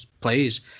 plays